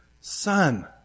Son